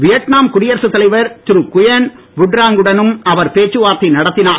Vietnam குடியரசு தலைவர் Thiru Nguyen Phu Trong குடனும் அவர் பேச்சு வார்த்தை நடத்தினார்